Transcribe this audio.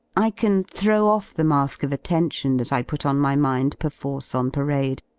i can throw off the mask of attention that i put on my mind perforce on parade,